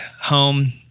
home